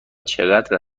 چقدر